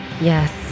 Yes